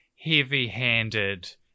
heavy-handed